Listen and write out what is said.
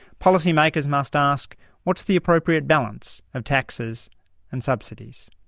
policy makers must ask what is the appropriate balance of taxes and subsidies?